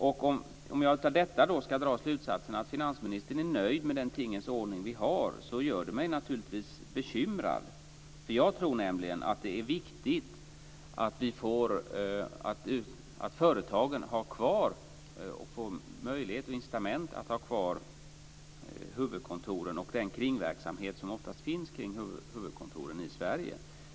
Om jag av detta ska dra slutsatsen att finansministern är nöjd med den tingens ordning vi har, gör det mig naturligtvis bekymrad. Jag tror nämligen att det är viktigt att företagen har kvar, och får möjlighet och incitament att ha kvar, huvudkontor och den kringverksamhet som oftast finns kring huvudkontoren i Sverige.